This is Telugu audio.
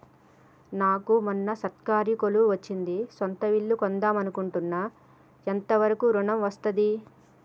నాకు మొన్న సర్కారీ కొలువు వచ్చింది సొంత ఇల్లు కొన్దాం అనుకుంటున్నా ఎంత వరకు ఋణం వస్తది?